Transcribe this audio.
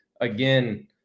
again